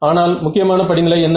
ஆனால் முக்கியமான படிநிலை என்ன